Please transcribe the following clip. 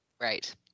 right